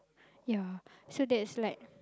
ya so that's like